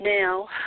Now